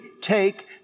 take